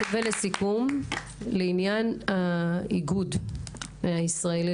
לעניין האיגוד הישראלי